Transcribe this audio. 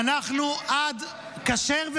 עד -- כשר או